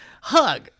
Hug